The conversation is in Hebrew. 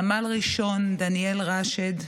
סמל ראשון דניאל ראשד,